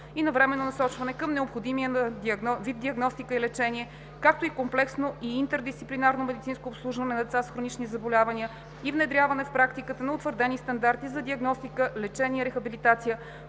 и навременно насочване към необходимия вид диагностика и лечение, както и комплексно и интердисциплинарно медицинско обслужване на деца с хронични заболявания, и внедряване в практиката на утвърдени стандарти за диагностика, лечение и рехабилитация